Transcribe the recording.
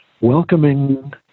welcoming